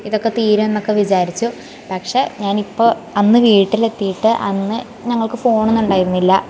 ഇതൊക്കെ തീരുന്നൊക്കെ വിചാരിച്ചു പക്ഷേ ഞാൻ ഇപ്പോൾ അന്ന് വീട്ടിലെത്തിയിട്ട് അന്ന് ഞങ്ങൾക്ക് ഫോണൊന്നുണ്ടായിരുന്നില്ല